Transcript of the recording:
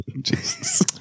Jesus